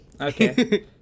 okay